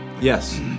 Yes